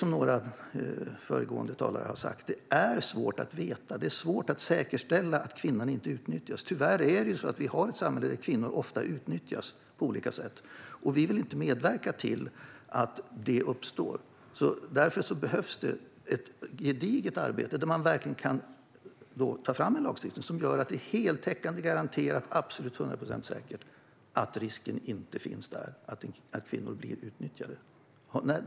Som några av de föregående talarna har sagt är det svårt att säkerställa att kvinnan inte utnyttjas. Tyvärr har vi ju ett samhälle där kvinnor ofta utnyttjas på olika sätt, och vi vill inte medverka till att detta sker. Därför behövs det ett gediget arbete där man verkligen kan ta fram en lagstiftning som heltäckande garanterar, med hundra procents säkerhet, att kvinnor inte blir utnyttjade.